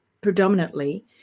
predominantly